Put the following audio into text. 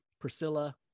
Priscilla